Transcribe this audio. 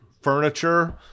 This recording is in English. furniture